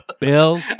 Bill